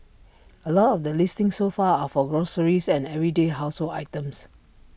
A lot of the listings so far are for groceries and everyday household items